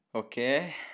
Okay